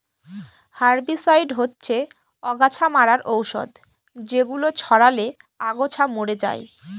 herbicide হচ্ছে অগাছা মারার ঔষধ যেগুলো ছড়ালে আগাছা মরে যায়